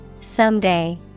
Someday